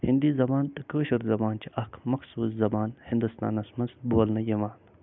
ہیندی زبان تہٕ کٲشٕر زبان چھِ اکھ مخصوٗص زبان ہندوستانس مںٛز بولنہٕ یِوان